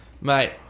Mate